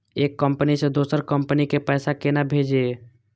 एक कंपनी से दोसर कंपनी के पैसा केना भेजये?